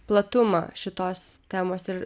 platumą šitos temos ir